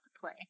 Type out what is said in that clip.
play